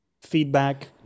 feedback